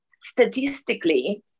statistically